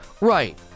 right